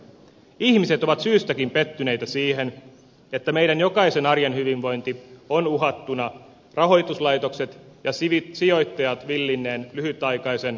ihmiset ovat syystäkin pettyneitä siihen että meidän jokaisen arjen hyvinvointi on uhattuna rahoituslaitokset ja sijoittajat villinneen lyhytaikaisen voitontavoittelun takia